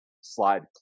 slide